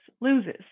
loses